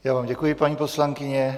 Já vám děkuji, paní poslankyně.